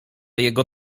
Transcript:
jego